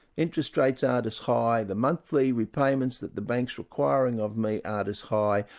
interest rates aren't as high, the monthly repayments that the bank's requiring of me aren't as high.